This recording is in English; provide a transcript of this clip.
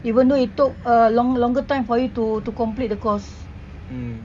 even though it took uh long longer time for you to to complete the course